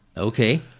okay